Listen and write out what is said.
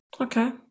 Okay